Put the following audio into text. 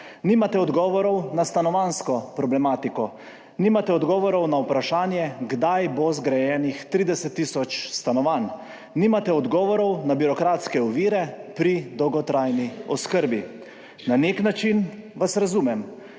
Nimate odgovorov na stanovanjsko problematiko, nimate odgovorov na vprašanje, kdaj bo zgrajenih 30 tisoč stanovanj, nimate odgovorov na birokratske ovire pri dolgotrajni oskrbi. Na nek način vas razumem.